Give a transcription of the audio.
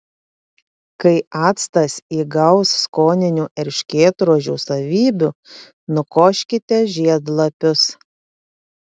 kai actas įgaus skoninių erškėtrožių savybių nukoškite žiedlapius